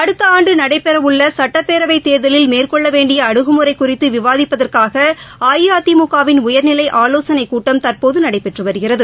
அடுத்தஆண்டுநடைபெறஉள்ளசட்டப்பேரவைதேர்தலில் மேற்கொள்ளவேண்டியஅணுகுமுறைகுறித்துவிவாதிப்பதற்காகஅஇஅதிமுகவின் உயர்நிலைஆலோசனைகூட்டம் தற்போதுநடைபெற்றுவருகிறது